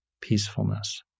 peacefulness